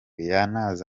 yanenze